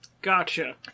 Gotcha